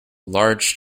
large